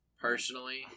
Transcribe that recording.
Personally